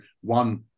one